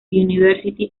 university